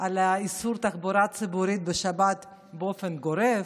על איסור תחבורה ציבורית בשבת באופן גורף,